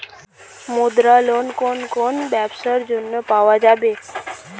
মুদ্রা লোন কোন কোন ব্যবসার জন্য পাওয়া যাবে?